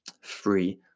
free